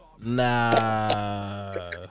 Nah